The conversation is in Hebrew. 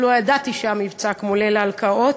לא ידעתי שהיה מבצע כמו "ליל ההלקאות"